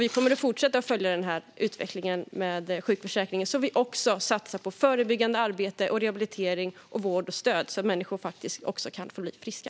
Vi kommer att fortsätta att följa utvecklingen med sjukförsäkringen så att vi också satsar på förebyggande arbete, rehabilitering, vård och stöd, så att människor faktiskt kan få bli friska.